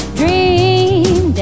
dream